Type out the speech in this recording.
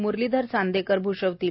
Muralidhar Chandekar भूषवितील